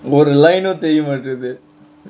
ஒரு:oru line uh தெரிய மாட்டிது:theriya maattithu